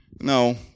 No